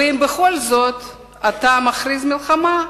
ואם בכל זאת אתה מכריז מלחמה,